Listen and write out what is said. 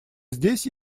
здесь